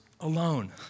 alone